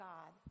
God